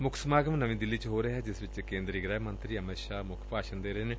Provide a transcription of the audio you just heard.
ਮੱਖ ਸਮਾਗਮ ਨਵੀਂ ਦਿੱਲੀ ਚ ਹੋ ਰਿਹੈ ਜਿਸ ਵਿਚ ਕੇਂਦਰੀ ਗ੍ਰਹਿ ਮੰਤਰੀ ਅਮਿਤ ਸ਼ਾਹ ਮੱਖ ਭਾਸ਼ਣ ਦੇ ਰਹੇ ਨੇ